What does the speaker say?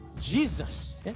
Jesus